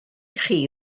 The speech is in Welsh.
chi